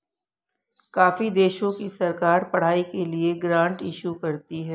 काफी देशों की सरकार पढ़ाई के लिए ग्रांट इशू करती है